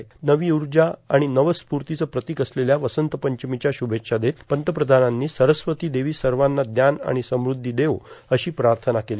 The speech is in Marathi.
नवी उमेद नवी ऊर्जा आणि नवस्फूर्तीचं प्रतीक असलेल्या वसंत पंचमीच्या शुभेच्छा देत पंतप्रधानांनी सरस्वती देवी सर्वांना ज्ञान आणि समध्दी देवो अशी प्रार्थना केली